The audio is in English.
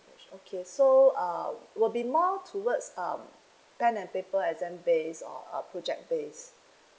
okay so uh will be more towards um pen and paper exam base or uh project base